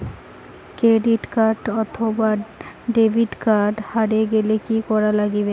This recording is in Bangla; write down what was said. ক্রেডিট কার্ড অথবা ডেবিট কার্ড হারে গেলে কি করা লাগবে?